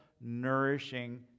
nourishing